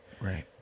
Right